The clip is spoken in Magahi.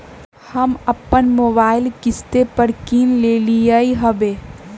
हम अप्पन मोबाइल किस्ते पर किन लेलियइ ह्बे